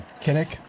Kinnick